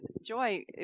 joy